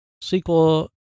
sequel